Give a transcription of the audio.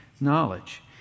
knowledge